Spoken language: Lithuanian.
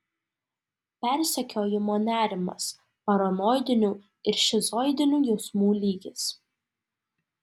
persekiojimo nerimas paranoidinių ir šizoidinių jausmų lygis